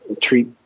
treat